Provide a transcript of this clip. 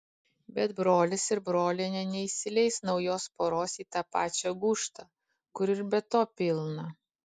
bet brolis ir brolienė neįsileis naujos poros į tą pačią gūžtą kur ir be to pilna